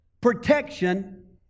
protection